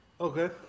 Okay